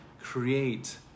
create